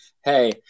hey